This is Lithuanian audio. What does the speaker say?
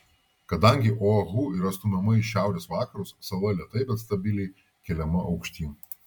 kadangi oahu yra stumiama į šiaurės vakarus sala lėtai bet stabiliai keliama aukštyn